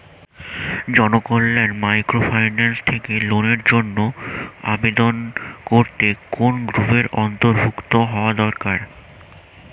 Janakalyan microfinance থেকে লোনের জন্য আবেদন করতে কোন গ্রুপের অন্তর্ভুক্ত হওয়া দরকার?